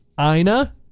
Ina